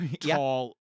Tall